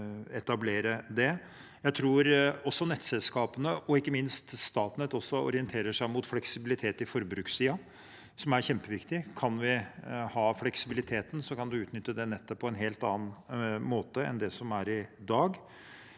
Jeg tror også nettselskapene og ikke minst Statnett orienterer seg mot fleksibilitet på forbrukssiden, noe som er kjempeviktig. Kan man ha fleksibilitet, kan man utnytte nettet på en helt annen måte enn i dag.